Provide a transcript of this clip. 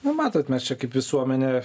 nu matot mes čia kaip visuomenė